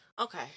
Okay